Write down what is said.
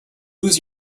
lose